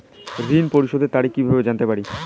ঋণ পরিশোধের তারিখ কিভাবে জানতে পারি?